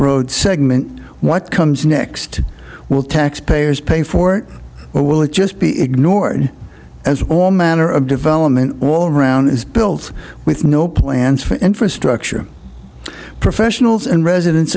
road segment what comes next will taxpayers pay for it or will it just be ignored as all manner of development all around is built with no plans for infrastructure professionals and residents